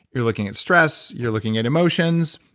you're looking at stress, you're looking at emotions,